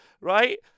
right